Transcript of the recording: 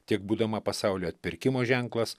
tiek būdama pasaulio atpirkimo ženklas